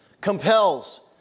compels